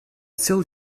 still